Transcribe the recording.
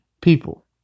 People